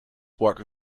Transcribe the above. work